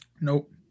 Nope